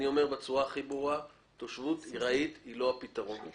אני רוצה לקדם את זה הכי מהר שאפשר.